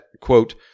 quote